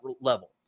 level